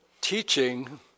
teaching